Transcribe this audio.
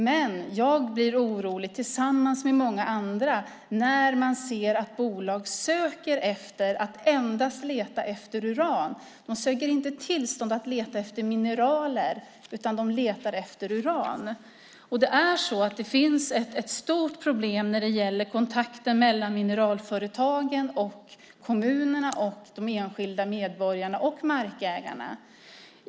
Men jag och många andra blir oroliga när vi ser att bolag endast letar efter uran. De söker inte tillstånd för att leta efter mineraler, utan de letar efter uran. Det finns ett stort problem när det gäller kontakten mellan mineralföretagen och kommunerna, de enskilda medborgarna och markägarna.